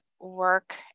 work